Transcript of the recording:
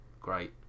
great